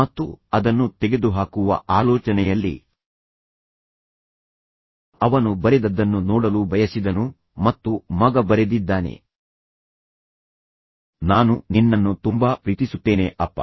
ಮತ್ತು ಅದನ್ನು ತೆಗೆದುಹಾಕುವ ಆಲೋಚನೆಯಲ್ಲಿ ಅವನು ಬರೆದದ್ದನ್ನು ನೋಡಲು ಬಯಸಿದನು ಮತ್ತು ಮಗ ಬರೆದಿದ್ದಾನೆ ನಾನು ನಿನ್ನನ್ನು ತುಂಬಾ ಪ್ರೀತಿಸುತ್ತೇನೆ ಅಪ್ಪ